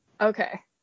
Okay